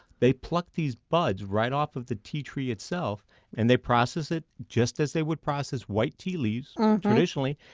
they pluck these buds right off of the tea tree itself and they process it just as they would process white tea leaves traditionally.